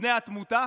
בני התמותה?